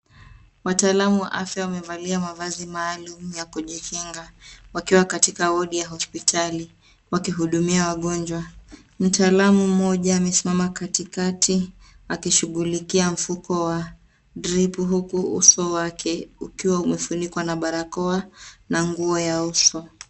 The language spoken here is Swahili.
Wataalamu wa afya wamevalia mavazi maalum ya kujikinga. Wakiwa katika wadi ya hospitali wakihudumia wagonjwa. Mtaalamu mmoja amesimama katikati akishughulikia mfuko wa drip huku uso wake ukiwa umefunikwa na barakoa na nguo ya uso.